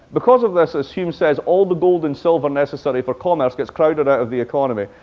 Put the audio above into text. because of this, as hume says, all the gold and silver necessary for commerce gets crowded out of the economy,